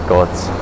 God's